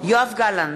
יואב גלנט,